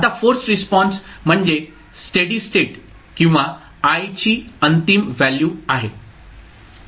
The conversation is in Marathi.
आता फोर्सड रिस्पॉन्स म्हणजे स्टेडी स्टेट किंवा i ची अंतिम व्हॅल्यू आहे